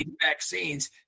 vaccines